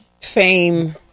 Fame